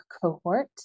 cohort